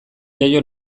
jaio